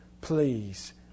Please